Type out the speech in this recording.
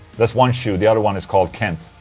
that's one shoe. the other one is called kent.